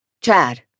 Chad